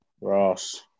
Ross